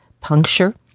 puncture